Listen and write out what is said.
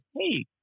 Hey